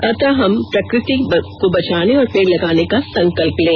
अतः हम प्रकूति बचाने और पेड़ लगाने का संकल्प लें